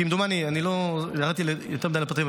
אני לא ירדתי יותר מדי לפרטים,